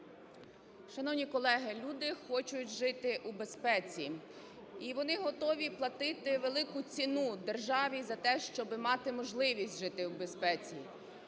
Шановні колеги! Люди хочуть жити у безпеці. І вони готові платити велику ціну державі за те, щоб мати можливість жити в безпеці.